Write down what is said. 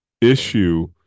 issue